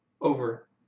over